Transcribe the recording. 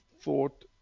thought